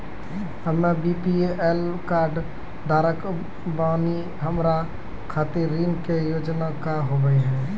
हम्मे BPL card धारक बानि हमारा खातिर ऋण के योजना का होव हेय?